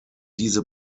diese